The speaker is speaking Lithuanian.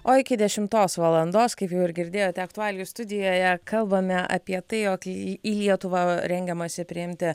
o iki dešimtos valandos kaip jau ir girdėjote aktualijų studijoje kalbame apie tai jog į į lietuvą rengiamasi priimti